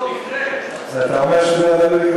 אל תגיד את זה בקול רם,